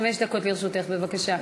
חמש דקות לרשותך, בבקשה.